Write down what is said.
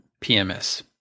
PMS